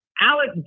Alex